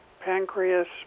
pancreas